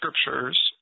scriptures